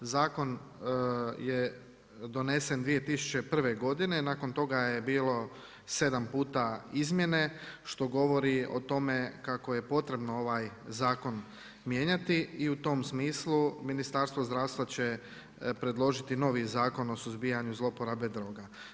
Zakon je donesen 2001. godine, nakon toga je bilo sedam puta izmjene što govori o tome kako je potrebno ovaj Zakon mijenjati i u tom smislu Ministarstvo zdravstva će predložiti novi Zakon o suzbijanju zlouporabe droga.